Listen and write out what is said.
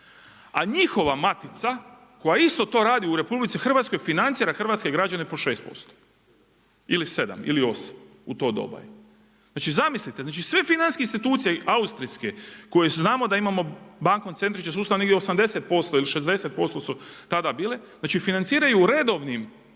A njihova matica koja isto to radi u RH financira hrvatske građane po 6% ili 7, ili 8, u to doba je. Znači zamislite, znači sve financijske institucije, austrijske koje znamo da imamo bankocentrične sustave negdje 80% ili 60% su tada bile, znači financiraju u redovnim plasmanima